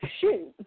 Shoot